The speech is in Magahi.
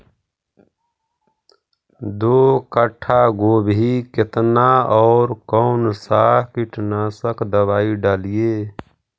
दो कट्ठा गोभी केतना और कौन सा कीटनाशक दवाई डालिए?